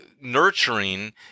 nurturing